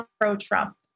pro-Trump